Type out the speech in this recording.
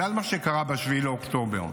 בגלל מה שקרה ב-7 באוקטובר,